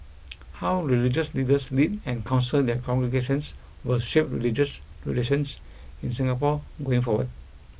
how religious leaders lead and counsel their congregations will shape religious relations in Singapore going forward